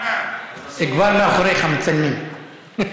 זה כבר מאחוריך, מציינים.